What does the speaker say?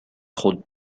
خود